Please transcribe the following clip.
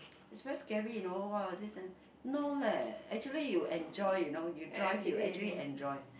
is very scary you know !wah! this and no leh actually you enjoy you know you drive you actually enjoy